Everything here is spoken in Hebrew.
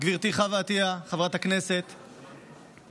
גברתי חברת הכנסת חוה עטייה,